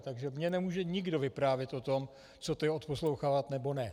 Takže mně nemůže nikdo vyprávět o tom, co to je odposlouchávat nebo ne.